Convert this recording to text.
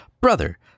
Brother